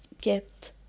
get